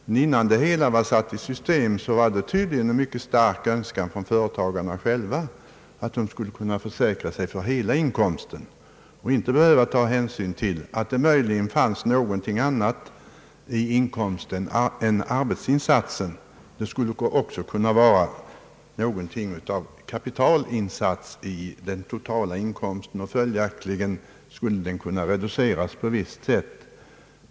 Men innan det hela var satt i system fanns det tydligen en mycket stark önskan bland företagarna själva att kunna försäkra sig för hela inkomsten och inte behöva ta hänsyn till att det möjligen fanns något annat än arbetsinsatsen — t.ex. kapitalinsats — i den totala inkomsten och att den följaktligen skulle kunna reduceras på visst sätt.